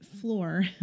floor